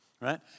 right